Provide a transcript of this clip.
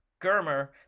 Germer